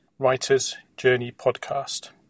writersjourneypodcast